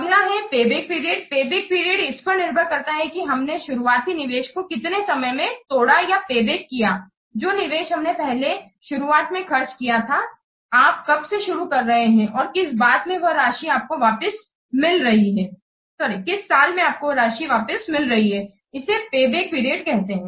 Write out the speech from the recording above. अगला है payback period payback period इस पर निर्भर करता है कि हमने शुरुआती निवेश को कितने समय में टोडा या पेबैक किया जो निवेश हमने पहले शुरुआत में खर्च किया था आप कब से शुरु कर रहे हैं और किस साल में वह राशि आपको वापस मिल रही है इसे पेबैक पीरियड कहते हैं